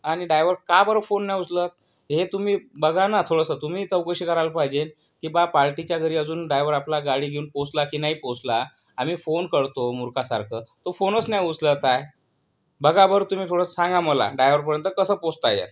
आणि डायव्हर का बरं फोन नाही उचलत हे तुम्ही बघा ना थोडंसं तुम्ही चौकशी करायला पाहिजे की बुवा पार्टीच्या घरी अजून डायव्हर आपला गाडी घेऊन पोहोचला की नाही पोहोचला आम्ही फोन करतो मूर्खासारखं तो फोनच नाही उचलत आहे बघा बरं तुम्ही थोडं सांगा मला डायव्हरपर्यंत कसं पोहोचता येईल